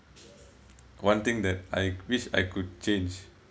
one thing that I wish I could change